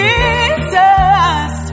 Jesus